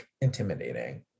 intimidating